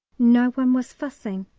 no one was fussing,